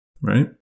right